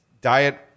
Diet